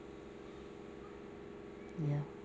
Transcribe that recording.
ya